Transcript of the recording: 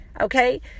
Okay